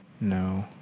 No